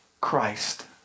Christ